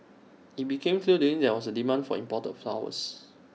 IT became clear to him that there was A demand for imported flowers